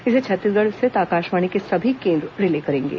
इसे छत्तीसगढ स्थित आकाशवाणी के सभी केंद्र रिले करेंगे